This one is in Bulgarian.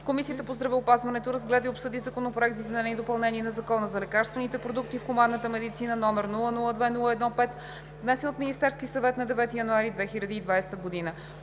Комисията по здравеопазването разгледа и обсъди Законопроект за изменение и допълнение на Закона за лекарствените продукти в хуманната медицина, № 002-01-5, внесен от Министерския съвет на 9 януари 2020 г.